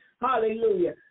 Hallelujah